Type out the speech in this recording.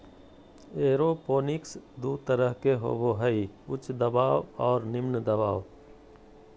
aeroponics दू तरह के होबो हइ उच्च दबाव और निम्न दबाव